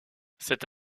cette